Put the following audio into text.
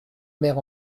mère